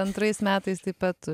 antrais metais taip pat